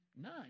nine